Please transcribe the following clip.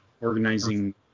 organizing